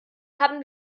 haben